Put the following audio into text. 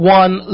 one